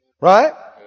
Right